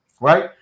Right